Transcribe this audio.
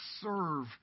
serve